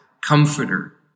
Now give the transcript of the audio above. comforter